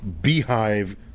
beehive